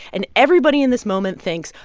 and everybody in this moment thinks,